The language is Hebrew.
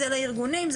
זה לארגונים,